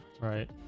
right